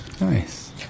Nice